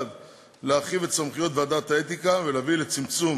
להרחיב את סמכויות ועדת האתיקה ולהביא לצמצום